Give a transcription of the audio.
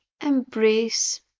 embrace